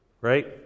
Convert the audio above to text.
right